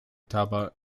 talbot